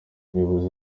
umuyobozi